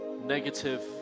negative